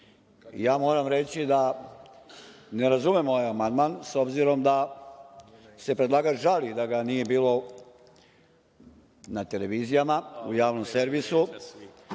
moram reći da ne razumem ovaj amandman, s obzirom da se predlagač žali da ga nije bilo na televizijama javnog servisa,